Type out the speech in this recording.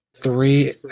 Three